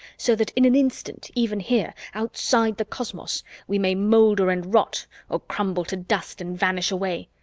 so that in an instant even here, outside the cosmos we may molder and rot or crumble to dust and vanish away.